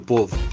Povo